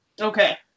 okay